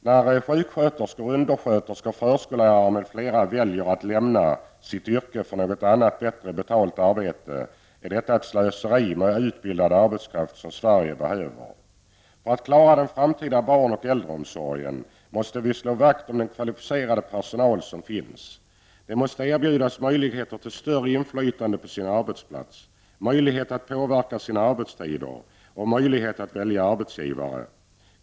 När sjuksköterskor, undersköterskor och förskollärare m.fl. väljer att lämna sitt yrke för något annat, bättre betalt arbete är detta ett slöseri med utbildad arbetskraft som Sverige så väl behöver. För att klara den framtida barn och äldreomsorgen måste vi slå vakt om den kvalificerade personal som finns. Den måste erbjudas möjligheter till större inflytande på sin arbetsplats, möjligheter att påverka sina arbetstider och möjlighet att välja arbetsgivare.